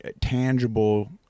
tangible